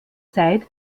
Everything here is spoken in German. zeit